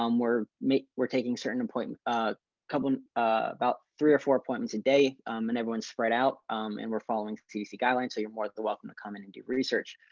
um we're making we're taking certain and point, a couple about three or four appointments, a day um and everyone's spread out um and we're following cdc guidelines. so you're more than welcome to come in and do research.